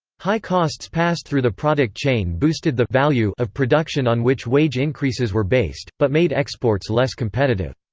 high costs passed through the product chain boosted the value of production on which wage increases were based, but made exports less competitive.